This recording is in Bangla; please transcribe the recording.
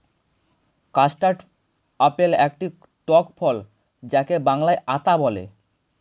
কাস্টার্ড আপেল একটি টক ফল যাকে বাংলায় আতা বলে